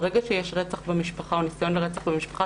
ברגע שיש רצח במשפחה או ניסיון לרצח במשפחה,